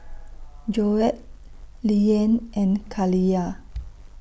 Joette Lilyan and Kaliyah